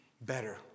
better